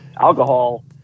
alcohol